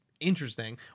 interesting